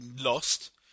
lost